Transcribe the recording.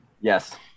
yes